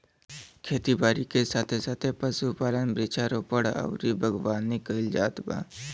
खेती बारी के साथे साथे पशुपालन, वृक्षारोपण अउरी बागवानी कईल जात बा